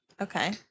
Okay